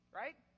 right